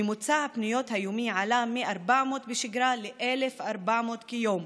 ממוצע הפניות היומי עלה מ-400 בשגרה ל-1,400 ביום,